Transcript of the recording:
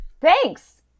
Thanks